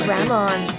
Ramon